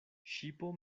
ŝipo